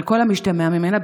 על כל המשתמע ממנה,